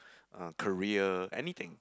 uh career anything